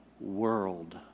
world